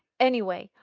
anyway,